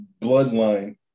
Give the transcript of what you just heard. bloodline